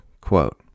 quote